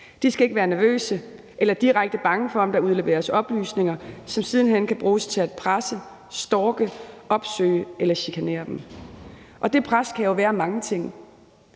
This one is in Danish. De skal ikke være nervøse eller direkte bange for, om der udleveres oplysninger, som siden hen kan bruges til at presse, stalke, opsøge eller chikanere dem. Det pres kan jo være mange ting.